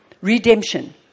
Redemption